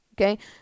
Okay